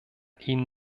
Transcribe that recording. ihnen